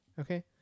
Okay